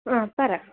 ആ പറ